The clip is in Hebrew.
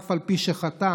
אף על פי שחטא,